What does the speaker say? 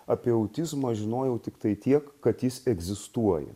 apie autizmą žinojau tiktai tiek kad jis egzistuoja